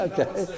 Okay